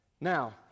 Now